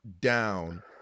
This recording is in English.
down